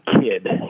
kid